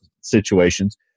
situations